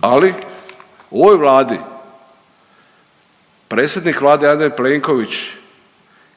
Ali u ovoj Vladi predsjednik Vlade Andrej Plenković